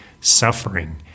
suffering